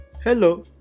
Hello